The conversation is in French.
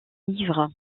livre